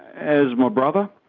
as my brother,